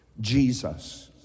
Jesus